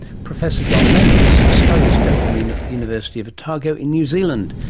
professor john reynolds studies dopamine at the university of otago in new zealand,